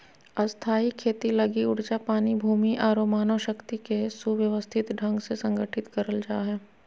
स्थायी खेती लगी ऊर्जा, पानी, भूमि आरो मानव शक्ति के सुव्यवस्थित ढंग से संगठित करल जा हय